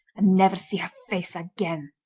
and never see her face again